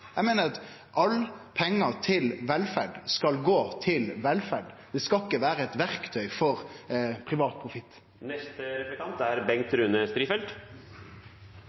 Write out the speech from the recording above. Eg meiner at alle pengar til velferd skal gå til velferd. Det skal ikkje vere eit verktøy for privat